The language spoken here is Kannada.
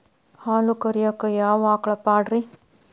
ಹಾಲು ಕರಿಯಾಕ ಯಾವ ಆಕಳ ಪಾಡ್ರೇ?